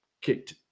kicked